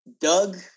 Doug